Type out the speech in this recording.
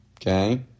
Okay